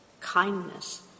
kindness